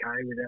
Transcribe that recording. okay